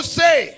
say